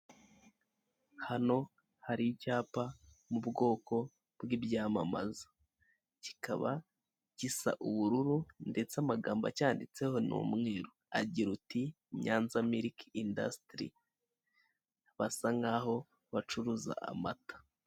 Hano hari icyapa mu bwoko bw'ibyamamaza, kikaba gisa ubururu ndetse amagambo acyanditseho ni umweru agira uti NYANZA MILK INDUSTRY, basa nk'aho bacuruza amata.